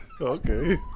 Okay